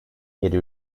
yedi